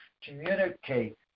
communicate